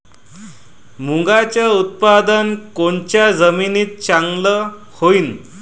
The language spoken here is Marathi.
मुंगाचं उत्पादन कोनच्या जमीनीत चांगलं होईन?